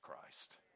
christ